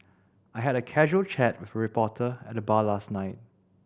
I had a casual chat with a reporter at the bar last night